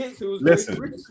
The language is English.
Listen